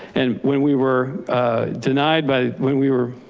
and when we were denied by when we were.